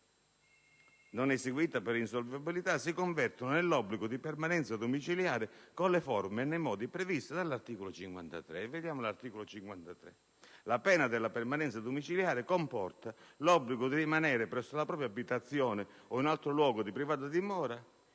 non eseguita per insolvibilità, si convertono nell'obbligo di permanenza domiciliare con le forme e nei modi previsti dall'articolo 53. Vediamolo: la pena della permanenza domiciliare comporta l'obbligo di rimanere presso la propria abitazione o in altro luogo di privata dimora